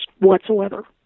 whatsoever